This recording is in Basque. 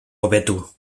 hobetu